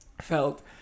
felt